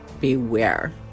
beware